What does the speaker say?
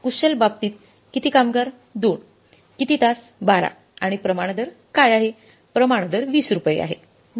कुशल बाबतीत किती कामगार 2 किती तास 12 आणि प्रमाण दर काय आहे प्रमाण दर 20 रुपये आहे